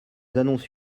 annonce